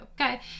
Okay